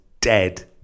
dead